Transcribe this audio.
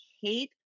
hate